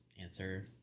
answer